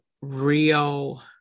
real